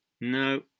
no